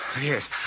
Yes